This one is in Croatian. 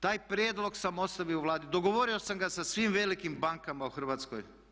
Taj prijedlog sam ostavio u Vladi, dogovorio sam ga sa svim velikim bankama u Hrvatskoj.